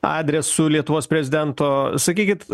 adresu lietuvos prezidento sakykit